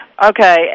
Okay